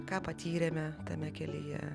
ką patyrėme tame kelyje